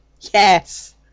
Yes